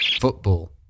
football